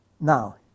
Now